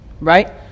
right